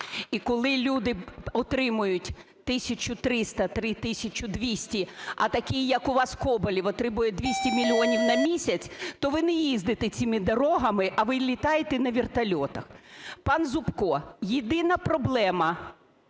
і коли люди отримують 1300-3200, а такий, як у вас Коболєв, отримує 200 мільйонів на місяць, то ви не їздите цими дорогами, а ви літаєте на вертольотах. Пан Зубко, єдина проблема,